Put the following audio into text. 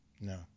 no